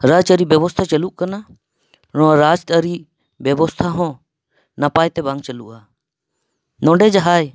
ᱨᱟᱡᱽᱼᱟᱹᱨᱤ ᱵᱮᱵᱚᱥᱛᱷᱟ ᱪᱟᱹᱞᱩᱜ ᱠᱟᱱᱟ ᱱᱚᱣᱟ ᱨᱟᱡᱽ ᱟᱹᱨᱤ ᱵᱮᱵᱚᱥᱛᱷᱟ ᱦᱚᱸ ᱱᱟᱯᱟᱭ ᱛᱮ ᱵᱟᱝ ᱪᱟᱹᱞᱩᱜᱼᱟ ᱱᱚᱸᱰᱮ ᱡᱟᱦᱟᱸᱭ